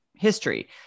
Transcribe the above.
history